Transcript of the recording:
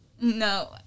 No